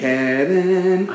Kevin